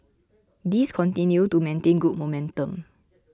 these continue to maintain good momentum